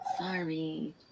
sorry